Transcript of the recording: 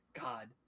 God